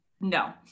No